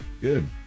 good